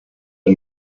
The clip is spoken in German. der